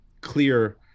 clear